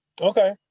Okay